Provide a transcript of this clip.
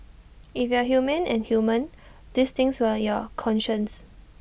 if you are human and human these things will your conscience